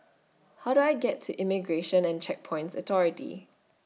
How Do I get to Immigration and Checkpoints Authority